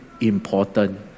important